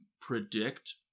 predict